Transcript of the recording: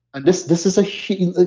and this this is a huge.